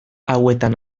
hauetan